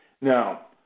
Now